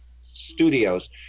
studios